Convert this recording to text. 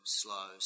slow